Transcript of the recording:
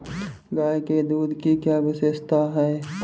गाय के दूध की क्या विशेषता है?